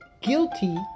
guilty